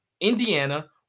Indiana